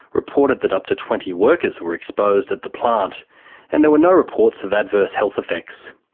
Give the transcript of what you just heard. reported that up to twenty workers were exposed at the plant and there were no reports of adverse health effects.